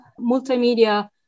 multimedia